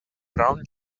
brown